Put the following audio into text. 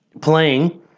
playing